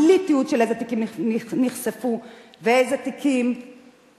בלי תיעוד של איזה תיקים נחשפו ואיזה תיקים נלקחו,